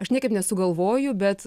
aš niekaip nesugalvoju bet